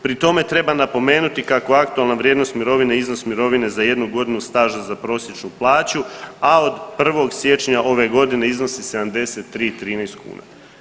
Pri tome treba napomenuti kako aktualna vrijednost mirovine i iznos mirovine za jednu godinu staža za prosječnu plaću, a od 1. siječnja ove godine iznosi 73,13 kuna.